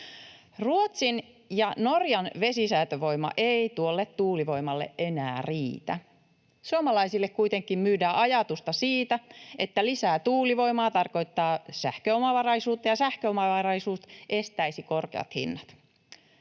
Ruotsin ja Norjan vesisäätövoima ei tuolle tuulivoimalle enää riitä. Suomalaisille kuitenkin myydään ajatusta siitä, että lisää tuulivoimaa tarkoittaa sähköomavaraisuutta ja sähköomavaraisuus estäisi korkeat hinnat.